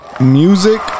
Music